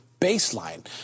baseline